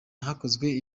hakozwe